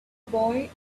boy